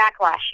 backlash